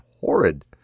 horrid